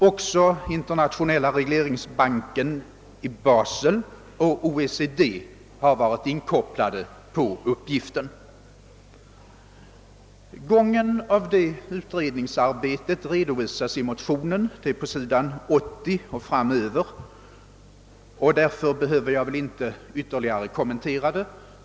Också Internationella regleringsbanken i Basel och OECD har varit inkopplade på uppgiften. Gången av det utredningsarbetet redovisas på s. 80 och framöver i propositionen och därför behöver jag väl inte ytterligare kommentera den.